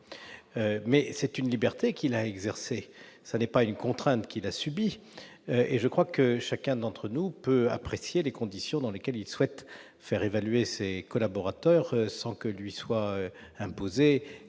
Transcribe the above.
c'est une liberté qu'il a exercée ; ce n'est pas une contrainte qu'il a subie. Chacun d'entre nous peut apprécier les conditions dans lesquelles il souhaite faire évaluer ses collaborateurs sans que lui soit imposée